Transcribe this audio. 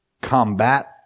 combat